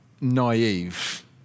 naive